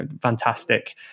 fantastic